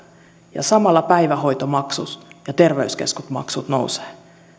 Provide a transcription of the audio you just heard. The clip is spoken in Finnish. ja samalla päivähoitomaksut ja terveyskeskusmaksut nousevat